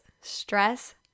Stress